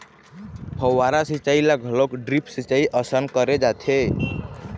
फव्हारा सिंचई ल घलोक ड्रिप सिंचई असन करे जाथे